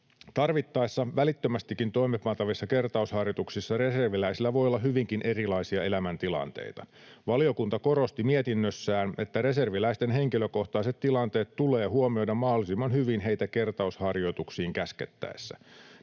Tarvittaessa välittömästikin toimeenpantavissa kertausharjoituksissa reserviläisillä voi olla hyvinkin erilaisia elämäntilanteita. Valiokunta korosti mietinnössään, että reserviläisten henkilökohtaiset tilanteet tulee huomioida mahdollisimman hyvin heitä kertausharjoituksiin käskettäessä.